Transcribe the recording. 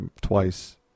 twice